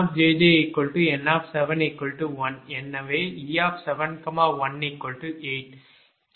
எனவேNjjN71 எனவே e71 8